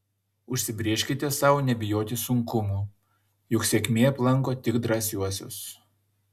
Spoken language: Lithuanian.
užsibrėžkite sau nebijoti sunkumų juk sėkmė aplanko tik drąsiuosius